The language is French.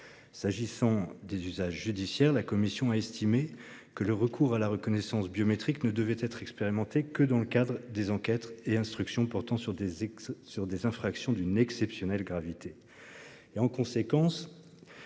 concerne les usages judiciaires, la commission a estimé que le recours à la reconnaissance biométrique ne devait être expérimenté que dans le cadre des enquêtes et des instructions portant sur des infractions d'une exceptionnelle gravité.